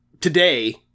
today